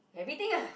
everything ah